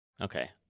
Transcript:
Okay